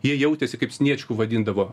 jie jautėsi kaip sniečkų vadindavo